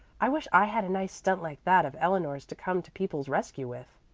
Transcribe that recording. i wish i had a nice stunt like that of eleanor's to come to people's rescue with.